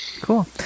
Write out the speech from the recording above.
Cool